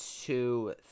two